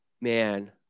man